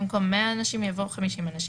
במקום ״100 אנשים״ יבוא ״50 אנשים״.